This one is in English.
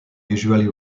usually